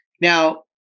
Now